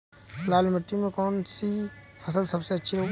लाल मिट्टी में कौन सी फसल सबसे अच्छी उगती है?